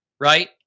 right